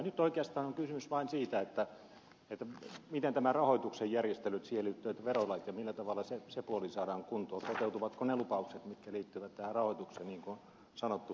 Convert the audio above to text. nyt oikeastaan on kysymys vain siitä miten nämä rahoituksen järjestelyt siihen liittyvät verolait se puoli saadaan kuntoon toteutuvatko ne lupaukset mitkä liittyvät tähän rahoitukseen niin kuin on sanottu